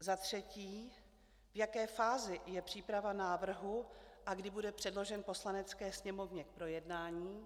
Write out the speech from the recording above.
Za třetí, v jaké fázi je příprava návrhu a kdy bude předložen Poslanecké sněmovně k projednání?